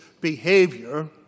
behavior